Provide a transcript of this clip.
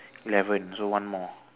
eleven so one more